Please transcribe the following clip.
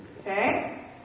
Okay